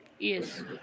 Yes